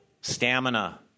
stamina